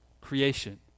creation